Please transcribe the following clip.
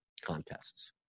contests